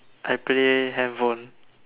I play handphone